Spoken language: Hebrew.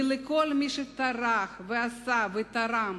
ולכל מי שטרח ועשה ותרם.